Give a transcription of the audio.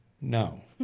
No